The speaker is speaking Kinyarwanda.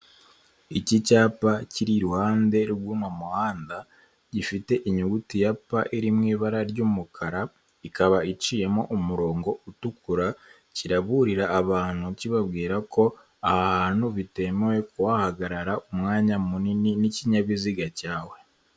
Iki cyapa kiri iruhande rwo mu muhanda, gifite inyuguti ya P iri mu ibara ry'umukara, ikaba iciyemo umurongo utukura, kiraburira abantu kibabwira ko aha hantu bitemewe kuhagarara umwanya munini n'ikinyabiziga cyawe.